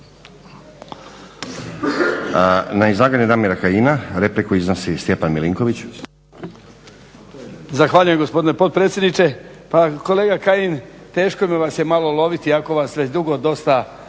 Na izlaganje Damira Kajina repliku iznosi Stjepan Milinković.